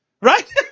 right